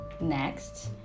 next